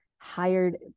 hired